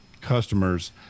customers